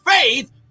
faith